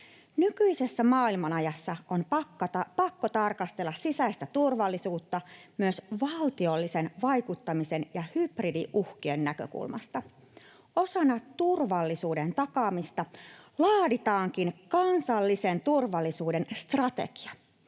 Nykyisessä maailmanajassa on pakko tarkastella sisäistä turvallisuutta myös valtiollisen vaikuttamisen ja hybridiuhkien näkökulmasta. Osana turvallisuuden takaamista laaditaankin kansallisen turvallisuuden strategia.